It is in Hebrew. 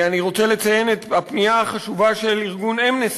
אני רוצה לציין את הפנייה החשובה של ארגון "אמנסטי",